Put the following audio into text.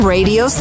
Radio